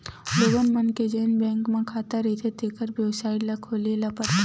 लोगन मन के जेन बैंक म खाता रहिथें तेखर बेबसाइट ल खोले ल परथे